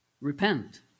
Repent